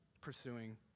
pursuing